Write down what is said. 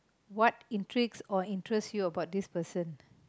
what intrigues or interest you about this person